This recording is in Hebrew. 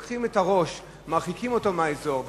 לוקחים את הראש ומרחיקים אותו מהאזור,